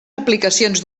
aplicacions